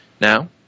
now